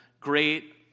great